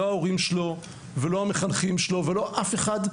לא ההורים שלו ולא המחנכים שלו ולא אף אחד,